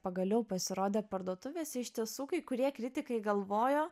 pagaliau pasirodė parduotuvėse iš tiesų kai kurie kritikai galvojo